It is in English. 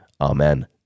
Amen